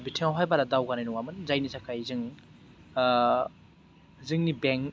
बिथिङावहाय बारा दावगानाय नङामोन जायनि थाखाय जों जोंनि बेंक